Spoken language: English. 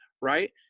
right